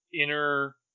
inner